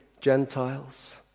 Gentiles